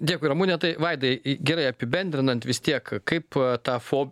dėkui ramune tai vaidai i gerai apibendrinant vis tiek kaip tą fo